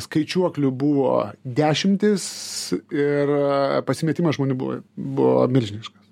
skaičiuoklių buvo dešimtys ir pasimetimas žmonių buvo buvo milžiniškas